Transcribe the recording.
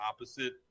opposite